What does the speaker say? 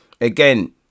again